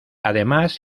además